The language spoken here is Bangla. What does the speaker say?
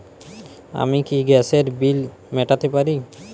আমি কি গ্যাসের বিল মেটাতে পারি?